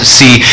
see